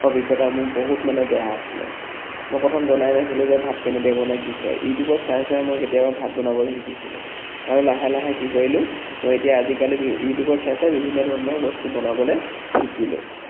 অভিজ্ঞতা মোৰ বহুত মানে বেয়া আছিলে মই প্ৰথম জনাই নাছিলোঁ যে ভাত কেনেকৈ বনাই কি কৰে ইউটিউবত চাই চাই মই কেতিয়াবা ভাত বনাবলৈ শিকিছিলোঁ আৰু লাহে লাহে কি কৰিলোঁ মই এতিয়া আজিকালি ইউটিউবত চাই চাই বিভিন্ন ধৰণৰ বস্তু বনাবলৈ শিকিলোঁ